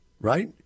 right